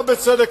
בצדק,